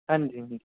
ਹਾਂਜੀ ਹਾਂਜੀ